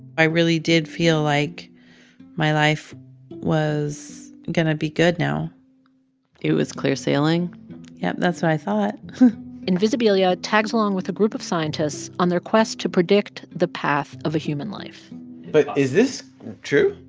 i really did feel like my life was going to be good now it was clear sailing yeah. that's what i thought invisibilia tags along with a group of scientists on their quest to predict the path of a human life but is this true?